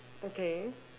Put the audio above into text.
okay